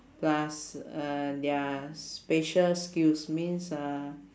plus uh their spatial skills means uh